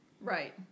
right